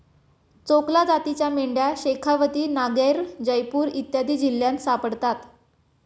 चोकला जातीच्या मेंढ्या शेखावती, नागैर, जयपूर इत्यादी जिल्ह्यांत सापडतात